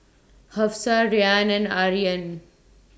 Hafsa Ryan and Aryan